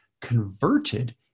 converted